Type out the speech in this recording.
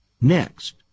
Next